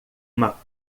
uma